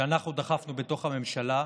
שאנחנו דחפנו בתוך הממשלה,